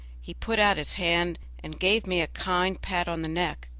he put out his hand and gave me a kind pat on the neck.